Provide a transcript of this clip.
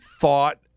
thought